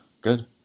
Good